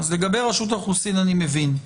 אז לגבי רשות האוכלוסין אני מבין,